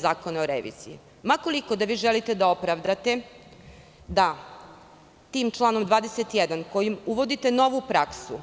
Zakona o reviziji, ma koliko da vi želite da opravdate da tim članom 21. kojim uvodite novu praksu